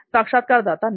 साक्षात्कारदाता नहीं